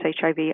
HIV